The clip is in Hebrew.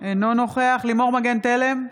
אינו נוכח לימור מגן תלם,